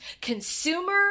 consumer